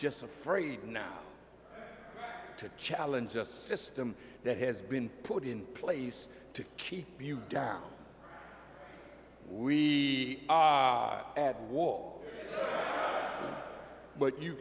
just afraid now to challenge a system that has been put in place to keep you down we at war but you